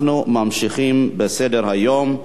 אנחנו ממשיכים בסדר-היום.